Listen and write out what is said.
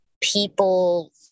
people